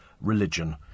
religion